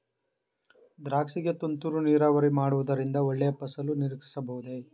ದ್ರಾಕ್ಷಿ ಗೆ ತುಂತುರು ನೀರಾವರಿ ಮಾಡುವುದರಿಂದ ಒಳ್ಳೆಯ ಫಸಲು ನಿರೀಕ್ಷಿಸಬಹುದೇ?